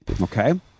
Okay